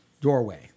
doorway